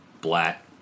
Black